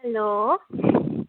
hello